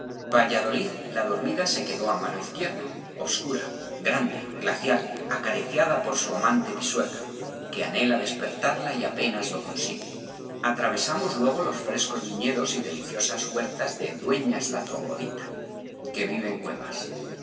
valladolid la dormida se quedó á mano izquierda obscura grande glacial acariciada por su amante pisuerga que anhela despertarla y apenas lo consigue atravesamos luego los frescos viñedos y deliciosas huertas de dueñas la troglodita que vive theros en cuevas